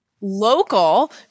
local